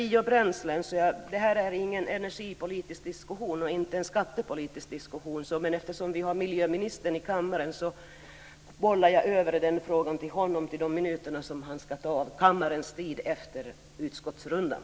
Det här är ingen energipolitisk diskussion och ingen skattepolitisk diskussion, men eftersom vi har miljöministern i kammaren bollar jag över frågan om biobränslen till honom och de minuter han ska ta av kammarens tid efter utskottsrundan.